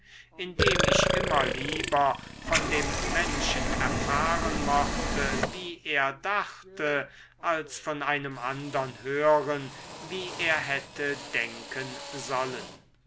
indem ich immer lieber von dem menschen erfahren mochte wie er dachte als von einem andern hören wie er hätte denken sollen